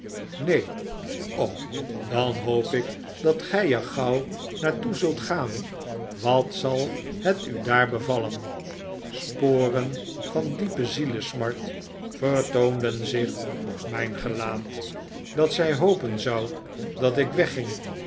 neen dan hoop ik dat gij er gauw naar toe zult gaan wat zal het u daar bevallen sporen van diepe zielesmart vertoonden zich op mijn gelaat dat zij hopen zou dat ik wegging